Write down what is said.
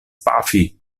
pafi